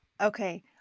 Okay